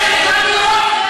זה לא נכון.